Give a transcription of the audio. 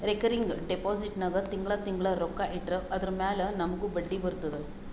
recurring deposit ನಾಗ್ ತಿಂಗಳಾ ತಿಂಗಳಾ ರೊಕ್ಕಾ ಇಟ್ಟರ್ ಅದುರ ಮ್ಯಾಲ ನಮೂಗ್ ಬಡ್ಡಿ ಬರ್ತುದ